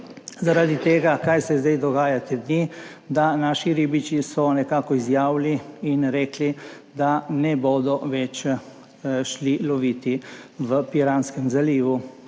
zaradi tega dogaja te dni? Naši ribiči so nekako izjavili in rekli, da ne bodo več lovili v Piranskem zalivu,